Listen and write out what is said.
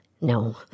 No